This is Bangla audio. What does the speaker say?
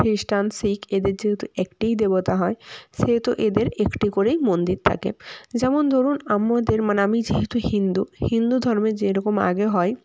খ্রিস্টান শিখ এদের যেহেতু একটিই দেবতা হয় সেহেতু এদের একটি করেই মন্দির থাকে যেমন ধরুন আমাদের আমি যেহেতু হিন্দু হিন্দু ধর্মের যেই রকম আগে হয়